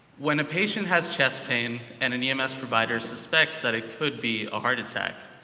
when a patient has chest pain and an ems provider suspects that it could be a heart attack,